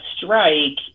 strike